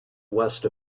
west